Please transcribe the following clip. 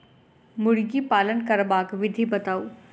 मुर्गी पालन करबाक विधि बताऊ?